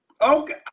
Okay